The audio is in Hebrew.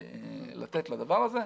לתת לדבר הזה.